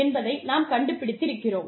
என்பதை நாம் கண்டுபிடித்திருக்கிறோம்